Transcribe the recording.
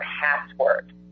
password